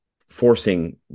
forcing